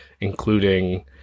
including